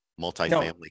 multifamily